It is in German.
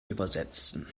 übersetzen